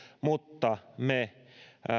mutta me